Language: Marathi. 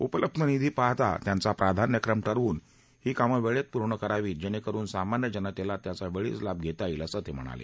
उपलब्ध निधी पाहता त्यांचा प्राधान्यक्रम ठरवून ही कामंवेळेत पूर्ण करावीत जेणे करून सामान्य जनतेला त्याचा वेळीच लाभ घेता येईल असंही ते म्हणाले